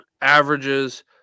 averages